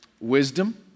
Wisdom